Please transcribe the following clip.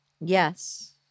Yes